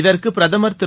இதற்கு பிரதமர் திரு